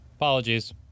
Apologies